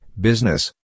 Business